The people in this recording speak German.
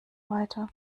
weiter